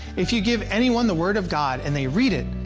if you give anyone the word of god, and they read it,